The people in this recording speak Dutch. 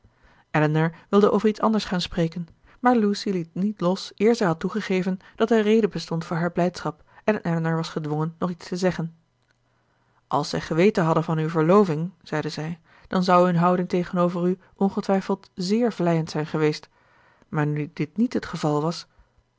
elinor wilde over iets anders gaan spreken maar lucy liet niet los eer zij had toegegeven dat er reden bestond voor haar blijdschap en elinor was gedwongen nog iets te zeggen als zij geweten hadden van uw verloving zeide zij dan zou hun houding tegenover u ongetwijfeld zéér vleiend zijn geweest maar nu dit niet het geval was